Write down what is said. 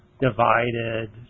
divided